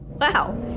Wow